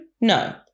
No